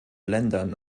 ländern